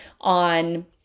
on